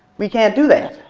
we can't do that.